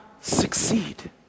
succeed